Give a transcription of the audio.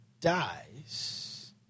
dies